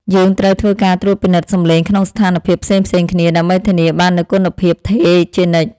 យើងត្រូវធ្វើការត្រួតពិនិត្យសំឡេងក្នុងស្ថានភាពផ្សេងៗគ្នាដើម្បីធានាបាននូវគុណភាពថេរជានិច្ច។